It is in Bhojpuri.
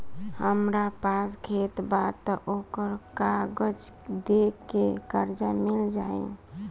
हमरा पास खेत बा त ओकर कागज दे के कर्जा मिल जाई?